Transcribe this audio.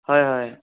হয় হয়